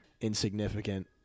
insignificant